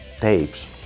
tapes